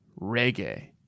reggae